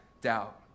doubt